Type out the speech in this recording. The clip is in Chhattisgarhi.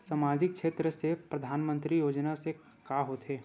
सामजिक क्षेत्र से परधानमंतरी योजना से का होथे?